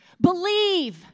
Believe